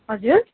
हजुर